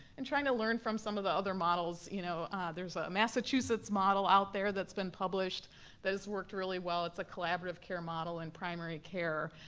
and trying to learn from some of the other models. you know there's ah a massachusets model out there that's been published that has worked very well, it's a collaborative care model in primary care,